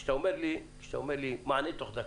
כשאתה אומר לי: מענה תוך דקה,